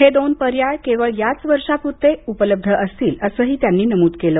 हे दोन पर्याय केवळ याच वर्षापुरते उपलब्ध असतील असंही त्यांनी नमूद केलं